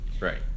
Right